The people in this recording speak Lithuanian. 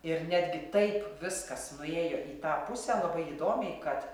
ir netgi taip viskas nuėjo į tą pusę labai įdomiai kad